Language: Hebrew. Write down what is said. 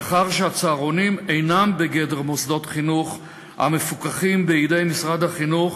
מאחר שהצהרונים אינם בגדר מוסדות חינוך המפוקחים בידי משרד החינוך,